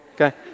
okay